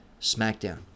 SmackDown